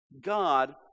God